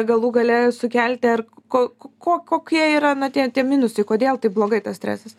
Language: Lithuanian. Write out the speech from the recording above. galų gale sukelti ar ko ko kokie yra na tie tie minusai kodėl taip blogai tas stresas